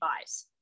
buys